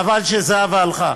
חבל שזהבה הלכה.